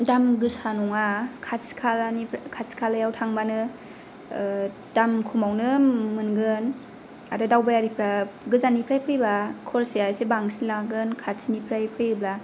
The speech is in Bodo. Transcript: दाम गोसा नङा खाथि खालानिफ्राय खाथि खालायाव थांब्लानो दाम खमावनो मोनगोन आरो दावबायारिफोरा गोजाननिफ्राय फैब्ला खरसाया इसे बांसिन लागोन खाथिनिफ्राय फैयोब्ला